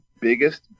biggest